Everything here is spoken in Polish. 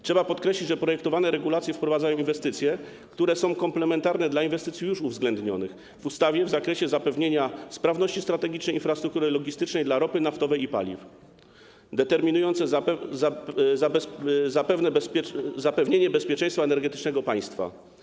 Trzeba podkreślić, że projektowane regulacje wprowadzają inwestycje, które są komplementarne wobec inwestycji już uwzględnionych w ustawie w zakresie zapewnienia sprawności strategicznej infrastruktury logistycznej dla ropy naftowej i paliw, determinujące zapewnienie bezpieczeństwa energetycznego państwa.